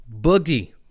Boogie